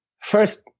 first